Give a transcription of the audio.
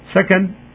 Second